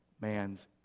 man's